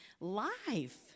life